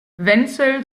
wenzel